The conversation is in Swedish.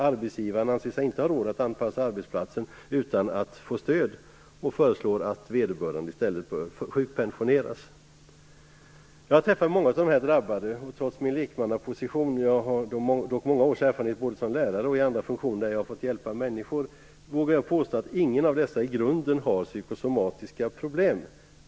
Arbetsgivaren anser sig inte ha råd att anpassa arbetsplatsen utan att få stöd, och föreslår att vederbörande i stället bör sjukpensioneras. Jag har träffat många av dem som drabbats. Trots min lekmannaposition - jag har dock många års erfarenhet som lärare och jag har även haft andra funktioner där jag fått hjälpa människor - vågar jag påstå att ingen av dem jag har träffat i grunden har psykosomatiska problem.